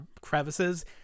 crevices